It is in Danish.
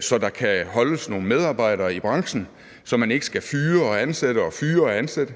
så der kan holdes nogle medarbejdere i branchen, så man ikke skal fyre og ansætte og fyre og ansætte.